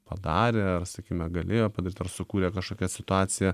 padaręar sakykime galėjo padaryt ar sukūrė kažkokias situaciją